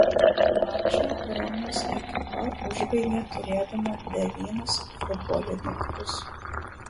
mačą romos ekipa užbaigė turėdama devynis futbolininkus